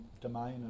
Domain